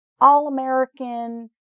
all-American